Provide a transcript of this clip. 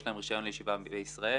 יש להם רישיון לישיבה בישראל,